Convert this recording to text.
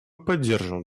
поддерживаем